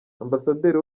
ambasaderi